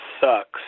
sucks